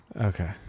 Okay